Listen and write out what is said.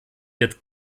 wird